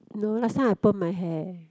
no last time I perm my hair